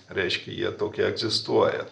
reiškia jie tokie egzistuoja